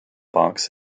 box